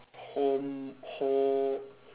hom~ ho~